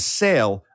sale